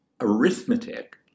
Arithmetic